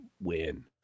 win